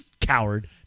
Coward